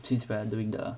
since we're doing the